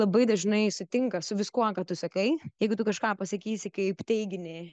labai dažnai sutinka su viskuo ką tu sakai jeigu tu kažką pasakysi kaip teiginį